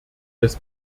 des